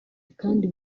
kandi